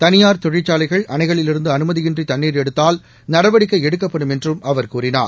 தனியாா் தொழிற்சாலைகள் அனைகளிலிருந்து அனுமதி இன்றி தண்ணீர் எடுத்தல் நடவடிக்கை எடுக்கப்படும் என்றும் அவர் கூறினார்